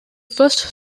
first